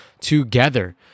together